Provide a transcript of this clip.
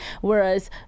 Whereas